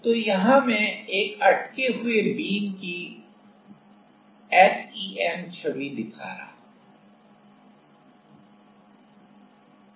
तो यहाँ मैं एक अटके हुए बीम की SEM छवि दिखा रहा हूँ